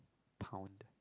pound